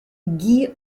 guy